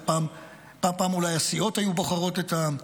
פעם אולי הסיעות היו בוחרות את ראש המועצה.